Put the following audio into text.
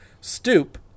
stoop